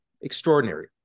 Extraordinary